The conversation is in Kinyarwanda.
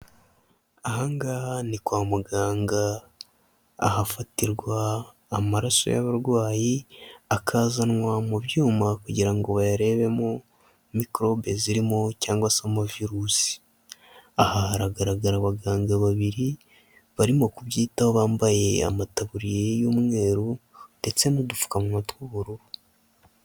Aha ngaha ni kwa muganga, ahafatirwa amaraso y'abarwayi, akazanwa mu byuma kugira ngo bayarebemo mikorobe zirimo cyangwa se mo virus. Aha haragaragara abaganga babiri barimo kubyitaho, bambaye amataburiya y'umweru ndetse n'udupfukamuwa tw'ubururu.